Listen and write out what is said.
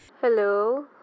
Hello